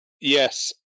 Yes